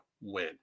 win